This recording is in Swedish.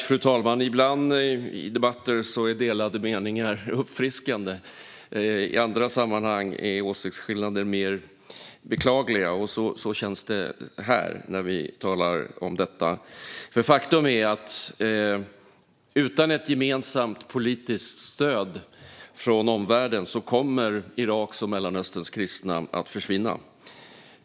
Fru talman! Ibland i debatter är delade meningar uppfriskande. I andra sammanhang är åsiktsskillnader mer beklagliga. Så känns det här, när vi talar om detta. Faktum är att utan ett gemensamt politiskt stöd från omvärlden kommer Iraks och Mellanösterns kristna att försvinna.